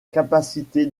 capacité